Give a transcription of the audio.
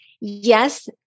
yes